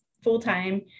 full-time